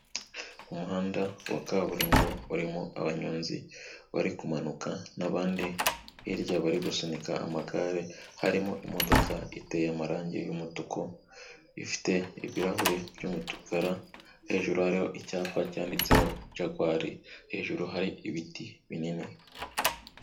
Umuhanda wa kaburimbo urimo abanyonzi bari kumanuka n'abandi hirya bari gusunika amagare harimo imodoka iteye amarange y'umutuku ifite ibirahuri by'umukara hejuru hariho icyapa cyanditseho Jagwari hejuru hari ibiti binini.